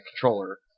controller